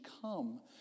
come